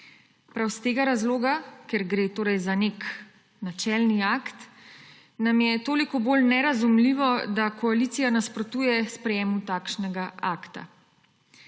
Prav iz tega razloga, ker gre torej za nek načelni akt, nam je toliko bolj nerazumljivo, da koalicija nasprotuje sprejetju takšnega akta.